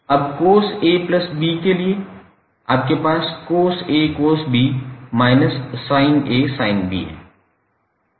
अब cos𝐴𝐵 के लिए आपके पास cos𝐴𝑐𝑜𝑠𝐵 − 𝑠𝑖𝑛𝐴 𝑠𝑖𝑛 𝐵 है